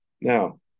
Now